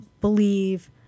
believe